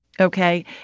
okay